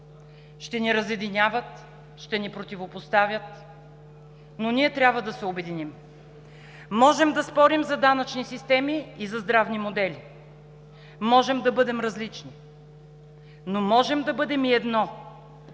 Ще ни разединяват, ще ни противопоставят, но ние трябва да се обединим. Можем да спорим за данъчни системи и за здравни модели. Можем да бъдем различни. Но можем да бъдем и едно,